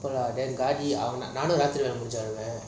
then நானும் ராத்திரி முடிஞ்சி ஆடுவான்:naanum rathiri mudinji aaduvan